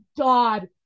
God